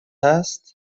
هست